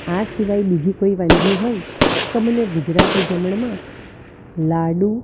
આ સિવાય બીજી કોઈ વાનગી હોય તો મને ગુજરાતી જમણમાં લાડુ